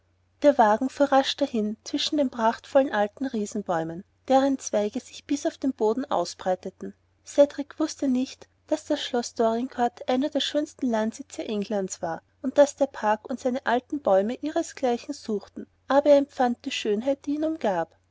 der wagen fuhr rasch dahin zwischen den prachtvollen alten riesenbäumen deren zweige sich bis auf den boden ausbreiteten cedrik wußte nicht daß das schloß dorincourt einer der schönsten landsitze englands war und daß der park und seine alten bäume ihresgleichen suchten aber er empfand die schönheit die ihn umgab